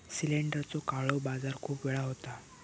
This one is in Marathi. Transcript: सिलेंडरचो काळो बाजार खूप वेळा होता